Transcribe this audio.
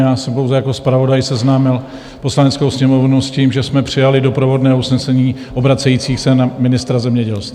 Já jsem jenom jako zpravodaj seznámil Poslaneckou sněmovnu s tím, že jsme přijali doprovodné usnesení obracející se na ministra zemědělství.